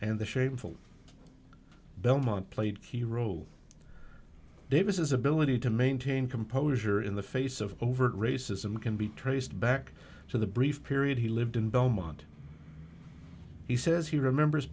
and the shameful belmont played key role davis ability to maintain composure in the face of overt racism can be traced back to the brief period he lived in belmont he says he remembers